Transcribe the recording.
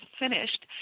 finished